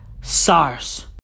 SARS